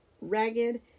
ragged